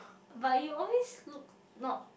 but you always looked not